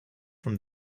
from